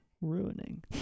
ruining